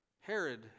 Herod